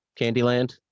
Candyland